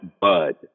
Bud